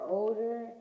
older